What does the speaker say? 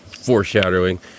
Foreshadowing